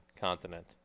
continent